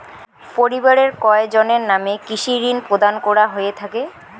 পরিবারের কয়জনের নামে কৃষি ঋণ প্রদান করা হয়ে থাকে?